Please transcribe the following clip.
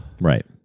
Right